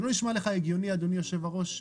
זה לא נשמע לך הגיוני אדוני היושב ראש?